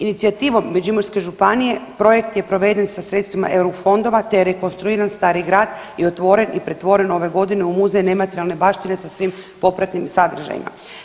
Inicijativom Međimurske županije projekt je proveden sa sredstvima EU fondova te je rekonstruiran Stari grad i otvoren i pretvoren ove godine u muzej nematerijalne baštine sa svim popratnim sadržajima.